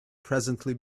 presently